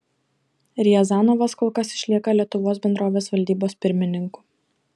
riazanovas kol kas išlieka lietuvos bendrovės valdybos pirmininku